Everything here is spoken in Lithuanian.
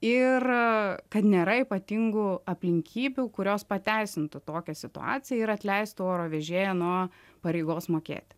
ir kad nėra ypatingų aplinkybių kurios pateisintų tokią situaciją ir atleistų oro vežėją nuo pareigos mokėti